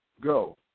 go